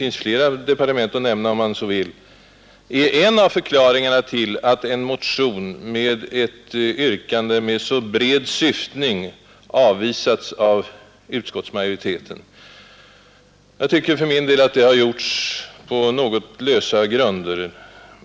finns flera departement att nämna om man så vill — är en av förklaringarna till att en motion med ett yrkande av så bred syftning som denna avvisats av utskottsmajoriteten. Jag tycker för min del att detta gjorts på något lösa grunder.